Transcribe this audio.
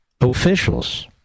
officials